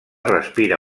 respira